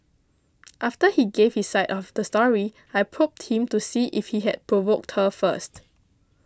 after he gave his side of the story I probed him to see if he had provoked her first